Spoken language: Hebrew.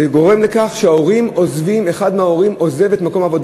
זה גורם לכך שאחד מההורים עוזב את מקום העבודה.